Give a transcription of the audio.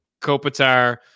Kopitar